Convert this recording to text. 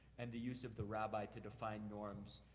and the use of the rabbi to define norms,